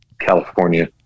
California